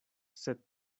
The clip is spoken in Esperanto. sed